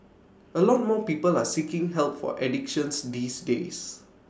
A lot more people are seeking help for addictions these days